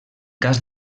cas